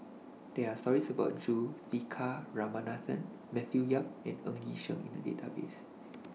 There Are stories about Juthika Ramanathan Matthew Yap and Ng Yi Sheng in The Database